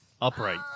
upright